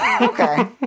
Okay